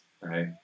right